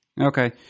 Okay